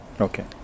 Okay